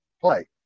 play